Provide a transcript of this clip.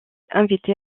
invitée